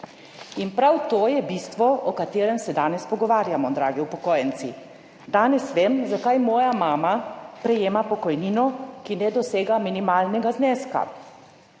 In prav to je bistvo o katerem se danes pogovarjamo, dragi upokojenci. Danes vem, zakaj moja mama prejema pokojnino, ki ne dosega minimalnega zneska,